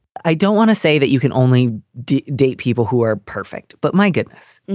i don't want to say that you can only date date people who are perfect. but my goodness,